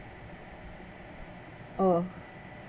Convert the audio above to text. oh